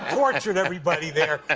tortured everybody there,